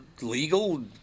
legal